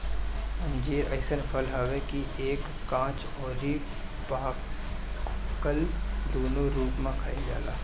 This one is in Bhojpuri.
अंजीर अइसन फल हवे कि एके काच अउरी पाकल दूनो रूप में खाइल जाला